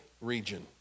region